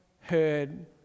heard